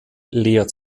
leer